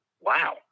Wow